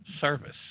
service